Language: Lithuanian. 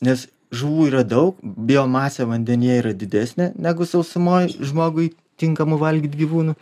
nes žuvų yra daug biomasė vandenyje yra didesnė negu sausumoj žmogui tinkamų valgyt gyvūnų